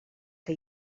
que